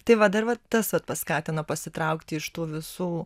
tai va dar va tas vat paskatino pasitraukti iš tų visų